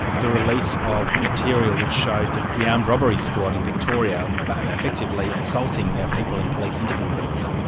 the release of material which showed that the armed robbery squad in victoria effectively assaulting people in police interview rooms.